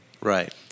Right